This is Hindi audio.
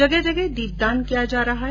जगह जगह दीपदान किया जा रहा है